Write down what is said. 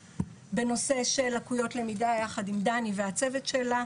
בנושא של לקויות למידה יחד עם דני והצוות שלה,